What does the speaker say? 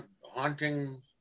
Haunting